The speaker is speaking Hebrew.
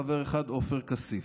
חבר אחד: עופר כסיף.